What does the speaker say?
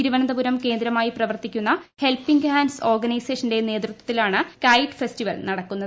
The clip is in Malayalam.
തിരുവനന്തപുരം കേന്ദ്രമായി പ്രവർത്തിക്കുന്ന ഹെൽപ്പിംഗ് ഹാൻഡ്സ് ഓർഗനൈസേഷന്റെ നേതൃത്വത്തിലാണ് കൈറ്റ് ഫെസ്റ്റി വൽ നടത്തുന്നത്